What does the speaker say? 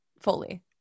Fully